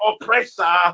oppressor